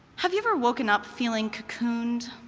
have you ever woken up feeling cocooned?